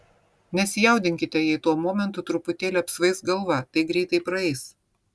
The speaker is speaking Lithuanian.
nesijaudinkite jei tuo momentu truputėlį apsvaigs galva tai greitai praeis